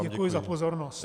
Děkuji za pozornost.